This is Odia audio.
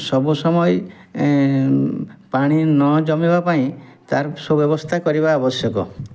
ସବୁ ସମୟେ ପାଣି ନ ଜମିବା ପାଇଁ ତା'ର ସୁବ୍ୟବସ୍ଥା କରିବା ଆବଶ୍ୟକ